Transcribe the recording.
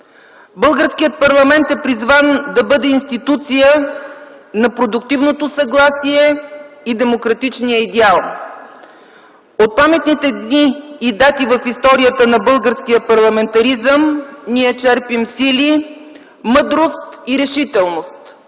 Българският парламент е призван да бъде институция на продуктивното съгласие и демократичния идеал. От паметните дни и дати в историята на българския парламентаризъм ние черпим сили, мъдрост и решителност